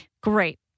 Great